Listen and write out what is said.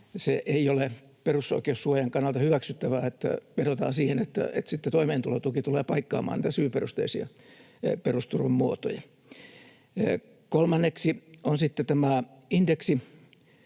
se ei ole perusoikeussuojan kannalta hyväksyttävää, että vedotaan siihen, että sitten toimeentulotuki tulee paikkaamaan näitä syyperusteisia perusturvan muotoja. Kolmanneksi on sitten tämä indeksisuoja.